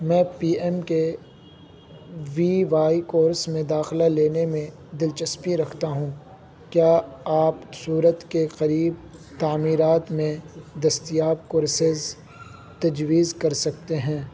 میں P M K V Y course میں داخلہ لینے میں دلچسپی رکھتا ہوں کیا آپ سورت کے قریب تعمیرات میں دستیاب کورسز تجویز کر سکتے ہیں